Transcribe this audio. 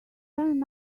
run